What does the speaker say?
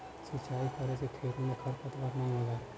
सिंचाई करे से खेत में खरपतवार नाहीं होला